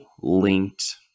linked